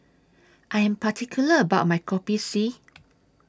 I Am particular about My Kopi C